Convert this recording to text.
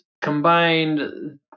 combined